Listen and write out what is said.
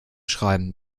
schreiben